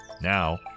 Now